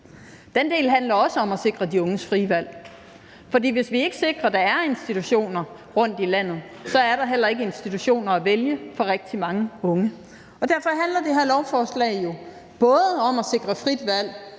Den del handler også om at sikre de unges frie valg, for hvis vi ikke sikrer, at der er institutioner rundtom i landet, er der heller ikke institutioner at vælge for rigtig mange unge, og derfor handler det her lovforslag jo om at sikre frit valg